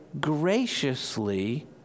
graciously